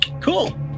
Cool